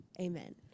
amen